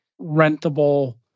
rentable